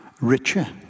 richer